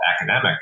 academic